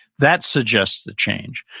that suggests that change.